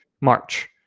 March